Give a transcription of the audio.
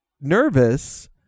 nervous